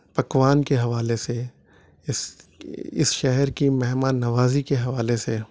پکوان کے حوالے سے اس اس شہر کی مہمان نوازی کے حوالے سے